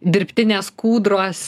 dirbtinės kūdros